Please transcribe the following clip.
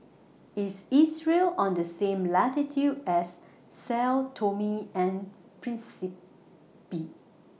IS Israel on The same latitude as Sao Tome and Principe